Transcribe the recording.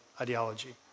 ideology